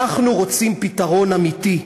אנחנו רוצים פתרון אמיתי,